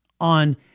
on